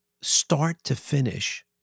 start-to-finish